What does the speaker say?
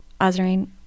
Azarine